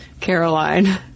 Caroline